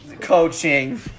coaching